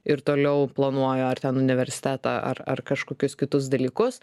ir toliau planuoju ar ten universitetą ar ar kažkokius kitus dalykus